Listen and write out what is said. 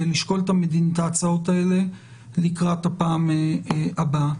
לשקול את ההצעות האלה לקראת הפעם הבאה.